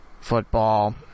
football